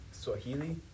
Swahili